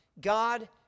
God